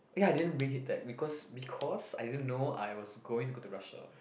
ya I didn't make it that because because I didn't know I was going to go to Russia